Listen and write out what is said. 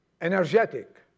energetic